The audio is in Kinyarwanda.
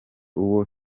uwo